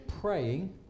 praying